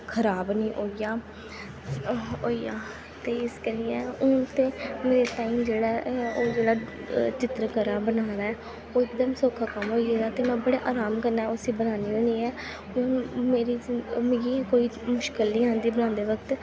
खराब निं होई जा होई जा ते इस करियै हून ते मेरे ताईं जेह्ड़ा ऐ ओह् जेह्ड़ा चित्तरकला बनाना ऐ ओह् इकदम सौक्खा कम्म होई गेदा ते में बड़े अराम कन्नै उस्सी बन्नानी होन्नी ऐं मेरी मिगी कोई मुश्कल निं औंदी बनांदे वक्त